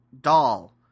doll